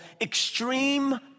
extreme